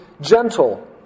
gentle